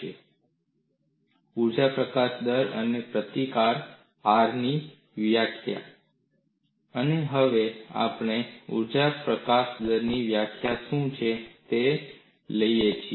Definition of energy release rate and resistance ઊર્જા પ્રકાશન દર અને પ્રતિકાર ની વ્યાખ્યા અને હવે આપણે ઊર્જા પ્રકાશન દરની વ્યાખ્યા શું છે તે લઈએ છીએ